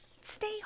stay